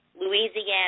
Louisiana